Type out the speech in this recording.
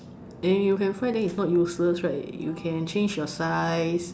and if you can fly then it's not useless right you can change your size